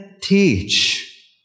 teach